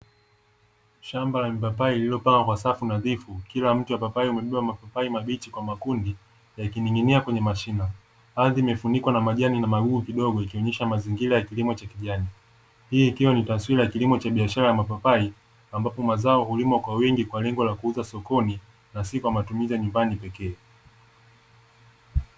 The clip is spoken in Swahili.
Shamba la mipapai lililopangwa kwa safu nadhifu, kila mti wa papai umebeba mapapai mabichi kwa makundi yakining`inia kwenye mashina. Ardhi imefunikwa na majani na magugu kidogo ikionyesha mazingira ya kilimo cha kijani, hii ikiwa ni taswira ya kilimo cha biashara ya mapapai ambapo mazao hulimwa kwa wingi kwa lengo la kuuza sokoni na si kwa matumizi ya nyumbani pekee.